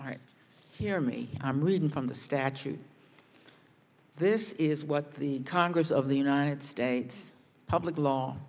right here me i'm reading from the statute this is what the congress of the united states public l